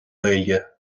gaeilge